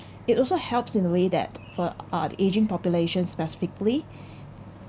it also helps in a way that for uh the ageing population specifically